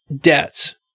debts